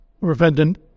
repentant